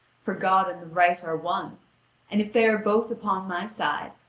for god and the right are one and if they are both upon my side,